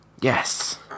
Yes